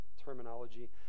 terminology